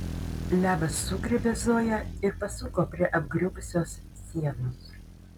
levas sugriebė zoją ir pasuko prie apgriuvusios sienos